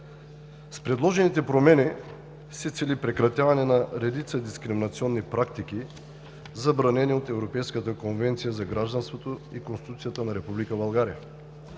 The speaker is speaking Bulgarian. С предложените промени се цели прекратяването на редица дискриминационни практики, забранени от Европейската конвенция за гражданството и Конституцията на Република